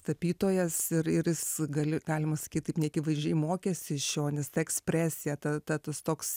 tapytojas ir ir jis gali galima sakyt taip neakivaizdžiai mokėsi iš jo nes ta ekspresija ta ta tas toks